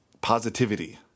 Positivity